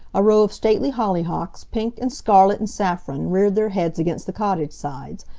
a row of stately hollyhocks, pink, and scarlet, and saffron, reared their heads against the cottage sides.